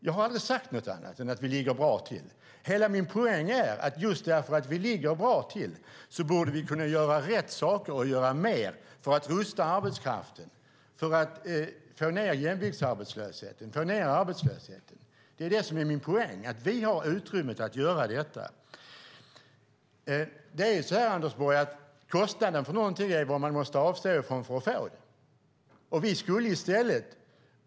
Jag har aldrig sagt något annat än att vi ligger bra till. Hela min poäng är att just därför att vi ligger bra till borde vi kunna göra rätt saker och göra mer för att rusta arbetskraften, för att få ned jämviktsarbetslösheten och för att få ned all arbetslöshet. Min poäng är alltså att vi har utrymme att göra detta. Anders Borg, kostnaden för någonting är vad man måste avstå från för att få det.